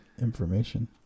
information